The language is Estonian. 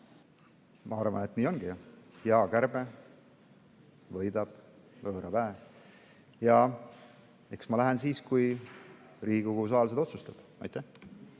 Ma arvan, et nii ongi: hea kärbe võidab võõra väe. Ja eks ma lähen siis, kui Riigikogu saal seda otsustab. Ma